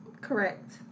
Correct